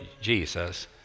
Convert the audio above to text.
Jesus